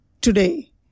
today